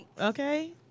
Okay